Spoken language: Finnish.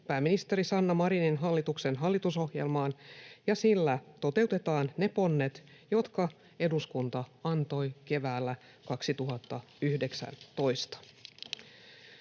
pääministeri Sanna Marinin hallituksen hallitusohjelmaan, ja sillä toteutetaan ne ponnet, jotka eduskunta antoi keväällä 2019.